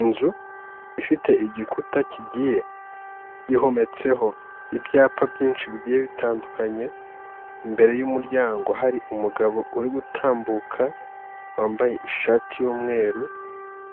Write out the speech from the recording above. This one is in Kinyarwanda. Inzu, ifite igikuta kigiye yihumetseho ibyapa byinshi bigiye bitandukanye, imbere y'umuryango hari umugabo uri gutambuka, wambaye ishati y'umweru,